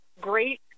great